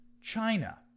China